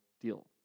deal